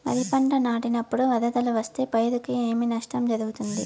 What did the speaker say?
వరిపంట నాటినపుడు వరదలు వస్తే పైరుకు ఏమి నష్టం జరుగుతుంది?